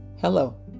hello